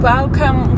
Welcome